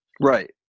Right